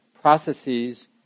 processes